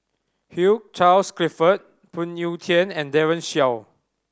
Hugh Charles Clifford Phoon Yew Tien and Daren Shiau